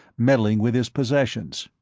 meddling with his possessions.